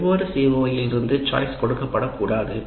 வெவ்வேறு CO வில் இருந்து சாய்ஸ் கொடுக்கப்படக் கூடாது